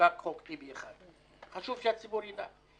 חוקק חוק טיבי 1. חשוב שהציבור יידע.